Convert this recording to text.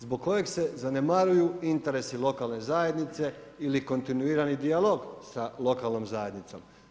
Zbog kojeg se zanemaruju interesi lokalne zajednice ili kontinuirani dijalog sa lokalnom zajednicom.